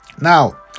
Now